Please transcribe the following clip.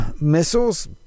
missiles